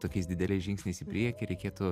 tokiais dideliais žingsniais į priekį reikėtų